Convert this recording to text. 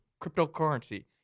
cryptocurrency